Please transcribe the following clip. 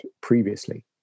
previously